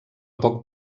poc